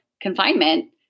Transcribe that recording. confinement